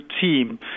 team